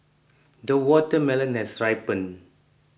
the watermelon has ripened